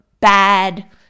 bad